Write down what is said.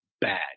bad